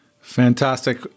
Fantastic